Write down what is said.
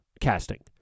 casting